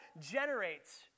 generates